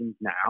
now